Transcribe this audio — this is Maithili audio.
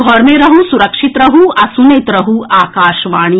घर मे रहू सुरक्षित रहू आ सुनैत रहू आकाशवाणी